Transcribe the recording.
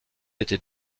était